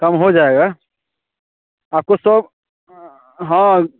काम हो जाएगा आपको सब हाँ